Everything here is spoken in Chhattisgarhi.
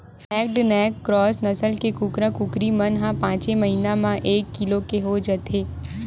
नैक्ड नैक क्रॉस नसल के कुकरा, कुकरी मन ह पाँचे महिना म एक किलो के हो जाथे